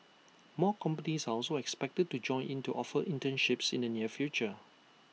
more companies are also expected to join in to offer internships in the near future